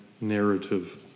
narrative